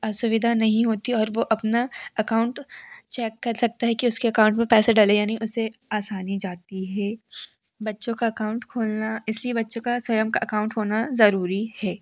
असुविधा नहीं होती और वह अपना अकाउंट चेक कर सकता है कि उसके अकाउंट में पैसे डले या नहीं उसे आसानी जाती है बच्चों का अकाउंट खोलना इसलिए बच्चों का स्वयं का अकाउंट होना ज़रूरी हे